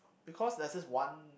because there's this one